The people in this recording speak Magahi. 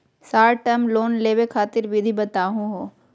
शार्ट टर्म लोन लेवे खातीर विधि बताहु हो?